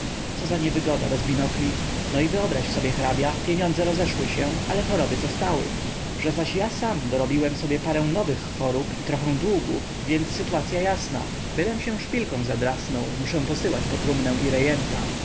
co za niewygoda bez binokli no i wyobraź sobie hrabia pieniądze rozeszły się ale choroby zostały że zaś ja sam dorobiłem sobie parę nowych chorób i trochę długów więc sytuacya jasna bylem się szpilką zadrasnął muszę posyłać po trumnę i rejenta tek